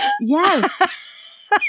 Yes